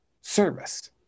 service